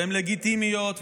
והן לגיטימיות,